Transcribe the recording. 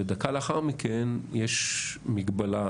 ודקה לאחר מכן יש מגבלה.